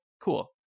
cool